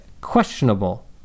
questionable